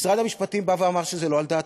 משרד המשפטים אמר שזה לא על דעתו.